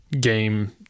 game